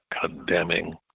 condemning